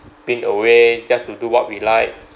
pin away just to do what we like